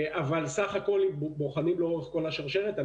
אבל צריך לבחון את זה לאורך כל השרשרת.